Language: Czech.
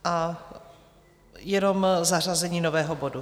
A jenom zařazení nového bodu.